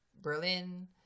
Berlin